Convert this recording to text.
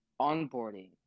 onboarding